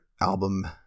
album